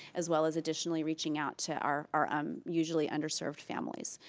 as well as additionally reaching out to our our um usually underserved families.